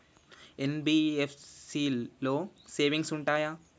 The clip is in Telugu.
ఎన్.బి.ఎఫ్.సి లో సేవింగ్స్ ఉంటయా?